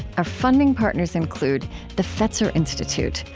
our funding partners include the fetzer institute,